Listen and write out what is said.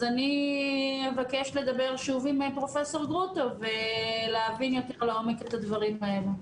אז אני אבקש לדבר שוב עם פרופ' גרוטו ולהבין יותר לעומק את הדברים האלו.